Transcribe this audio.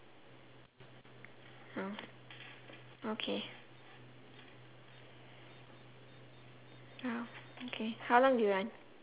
oh okay oh okay how long do you run